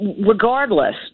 Regardless